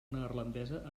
neerlandesa